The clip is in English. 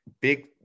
big